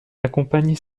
accompagne